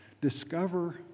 discover